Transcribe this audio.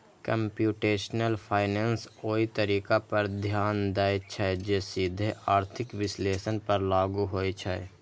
computational finance ओइ तरीका पर ध्यान दै छै, जे सीधे आर्थिक विश्लेषण पर लागू होइ छै